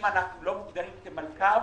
אם אנחנו לא מוגדרים כמלכ"ר,